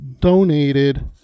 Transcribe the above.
donated